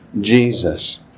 Jesus